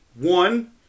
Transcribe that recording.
One